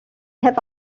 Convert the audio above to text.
have